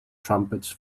trumpets